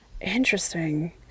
interesting